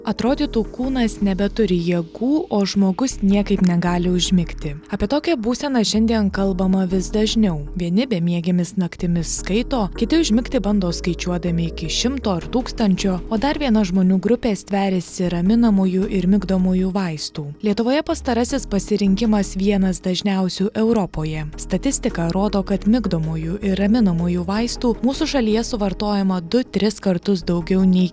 atrodytų kūnas nebeturi jėgų o žmogus niekaip negali užmigti apie tokią būseną šiandien kalbama vis dažniau vieni bemiegėmis naktimis skaito kiti užmigti bando skaičiuodami iki šimto ar tūkstančio o dar viena žmonių grupė stveriasi raminamųjų ir migdomųjų vaistų lietuvoje pastarasis pasirinkimas vienas dažniausių europoje statistika rodo kad migdomųjų ir raminamųjų vaistų mūsų šalyje suvartojama du tris kartus daugiau nei